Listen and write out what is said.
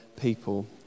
people